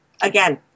again